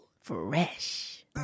fresh